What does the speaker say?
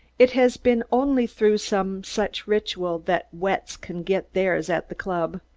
it has been only through some such ritual that wets can get theirs at the club.